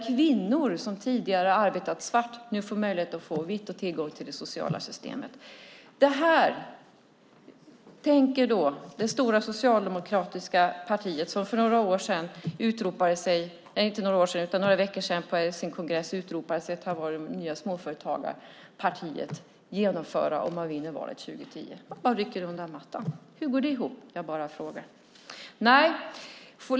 Kvinnor som tidigare har arbetat svart får nu möjlighet att arbeta vitt och få tillgång till det sociala systemet. Det här tänker det stora socialdemokratiska partiet, som för några veckor sedan på sin kongress utropade sig till det nya småföretagarpartiet, genomföra om man vinner valet 2010. Man rycker undan mattan. Hur går det ihop? Jag bara frågar.